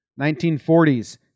1940s